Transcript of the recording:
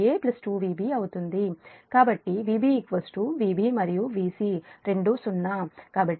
కాబట్టి Vb 0 Vb మరియు Vc రెండూ 0